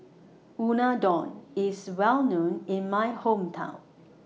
Unadon IS Well known in My Hometown